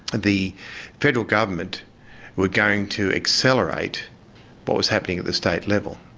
and the federal government were going to accelerate what was happening at the state level.